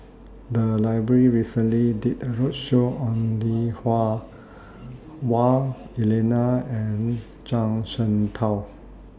The Library recently did A roadshow on Lui Hah Wah Elena and Zhuang Shengtao